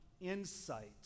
insight